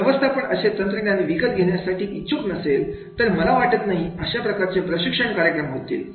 जल व्यवस्थापन असे तंत्रज्ञान विकत घेण्यासाठी इच्छुक नसेल तर मला वाटत नाही अशा प्रकारचे प्रशिक्षण कार्यक्रम होतील